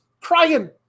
crying